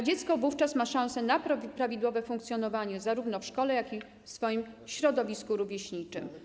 Dziecko wówczas miałoby szansę na prawidłowe funkcjonowanie zarówno w szkole, jak i w swoim środowisku rówieśniczym.